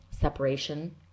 separation